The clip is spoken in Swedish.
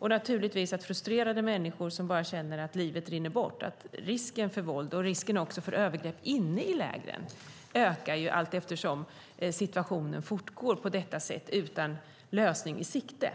Med frustrerade människor som bara känner att livet rinner bort ökar risken för våld och risken också för övergrepp inne i lägren, allteftersom situationen fortgår på detta sätt utan lösning i sikte.